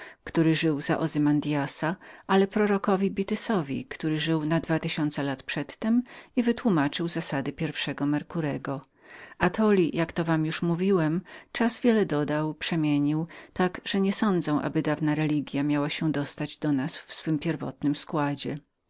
który żył za ozymandjasa ale prorokowi bytysowi który istniał na dwa tysiące lat przedtem i wytłumaczył zasady pierwszego merkurego atoli jak to wam już mówiłem czas wiele dodał przemienił tak że niesądzę aby ta dawna religia miała się dostać do nas w pierwotnym jej składzie